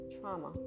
trauma